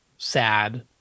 sad